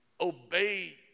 obey